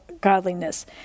godliness